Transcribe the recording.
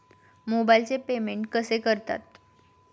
मोबाइलचे पेमेंट कसे करतात?